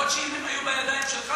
למרות שאם הם היו בידיים שלך,